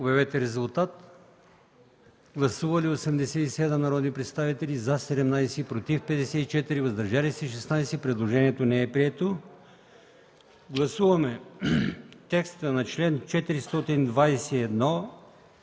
от комисията. Гласували 94 народни представители: за 24, против 64, въздържали се 6. Предложението не е прието. Гласуваме текста на чл. 494